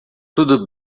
tudo